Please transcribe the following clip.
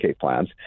plans